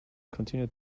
continued